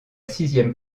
sixième